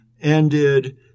ended